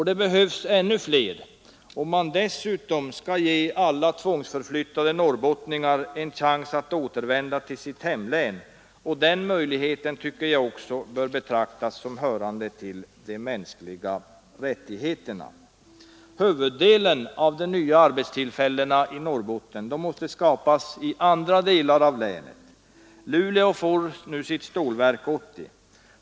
Det behövs ännu fler om man dessutom skall ge alla tvångsförflyttade norrbottningar en chans att återvända till sitt hemlän — och den möjligheten tycker jag också bör betraktas som hörande till de mänskliga rättigheterna. Huvuddelen av de nya arbetstillfällena i Norrbotten måste skapas i andra delar av länet. Luleå får nu Stålverk 80.